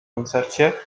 koncercie